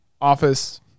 Office